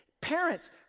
Parents